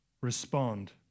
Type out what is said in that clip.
respond